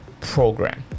program